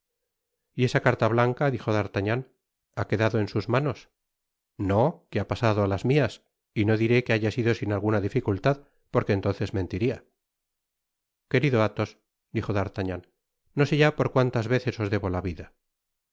y esa carta blanca dijo d'artagnan ha quedado en sus manos no que ha pasado á las mias y no diré que haya sido sin alguna dificultad porque entonces mentiría querido athos dijo d'artagnan no sé ya por cuantas veces os debo la vida